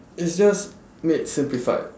it's just made simplified